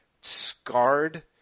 scarred